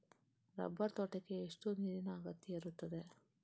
Rubber ತೋಟಕ್ಕೆ ಎಷ್ಟು ನೀರಿನ ಅಗತ್ಯ ಇರುತ್ತದೆ?